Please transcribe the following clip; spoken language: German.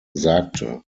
sagte